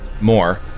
more